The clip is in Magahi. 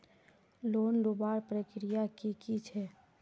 लोन लुबार प्रक्रिया की की छे?